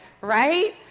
Right